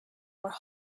where